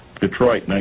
Detroit